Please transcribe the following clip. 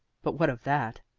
but what of that?